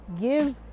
Give